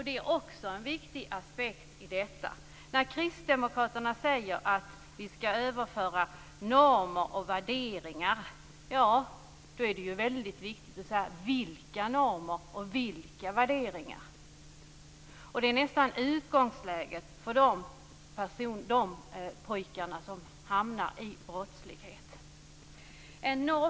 Detta är en viktig aspekt. När Kristdemokraterna säger att normer och värderingar skall överföras, ja, då är det viktigt att säga vilka normer och värderingar det är fråga om. Detta är utgångsläget för de pojkar som hamnar i brottslighet.